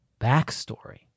backstory